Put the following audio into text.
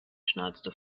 schnauzte